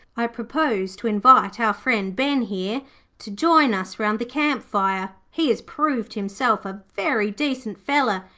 i propose to invite our friend ben here to join us round the camp fire. he has proved himself a very decent feller,